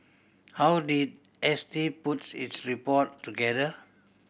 how did S T puts its report together